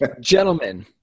gentlemen